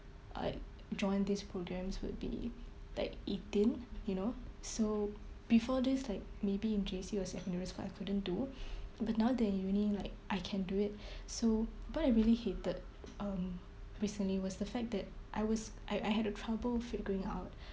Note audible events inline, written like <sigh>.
like join this programs would be like eighteen you know so before this like maybe in J_C or secondary school I couldn't do <breath> but now that I'm in uni like I can do it <breath> so what I really hated um recently was the fact that I was I I had a trouble figuring out <breath>